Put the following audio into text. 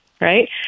Right